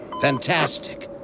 Fantastic